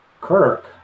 Kirk